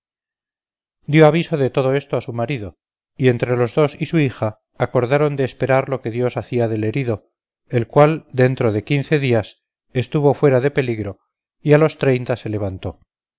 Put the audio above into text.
dio aviso de todo esto a su marido y entre los dos y su hija acordaron de esperar lo que dios hacía del herido el cual dentro de quince días estuvo fuera de peligro y a los treinta se levantó